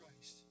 Christ